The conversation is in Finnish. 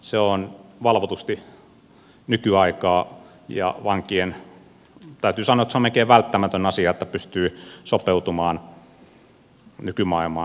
se on valvotusti nykyaikaa ja täytyy sanoa että se on melkein välttämätön asia että pystyy sopeutumaan nykymaailmaan